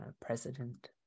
president